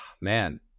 man